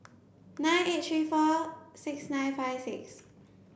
nine eight three four six nine five six